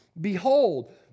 Behold